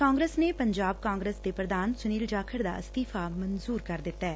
ਕਾਂਗਰਸ ਨੇ ਪੰਜਾਬ ਕਾਂਗਰਸ ਦੇ ਪ੍ਧਾਨ ਸੁਨੀਲ ਜਾਖੜ ਦਾ ਅਸਤੀਫ਼ਾ ਨਾਮਨਜੁਰ ਕਰ ਦਿੱਤੈ